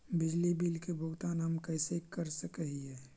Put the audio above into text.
बिजली बिल के भुगतान हम कैसे कर सक हिय?